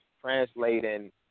translating